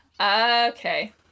Okay